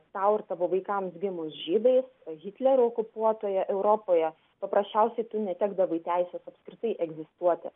tau ir tavo vaikams gimus žydais hitlerio okupuotoje europoje paprasčiausiai tu netekdavai teises apskritai egzistuoti